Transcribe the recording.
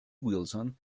wilson